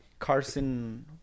Carson